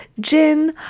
gin